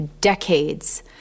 decades